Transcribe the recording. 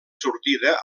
sortida